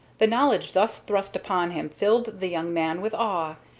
the knowledge thus thrust upon him filled the young man with awe,